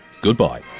goodbye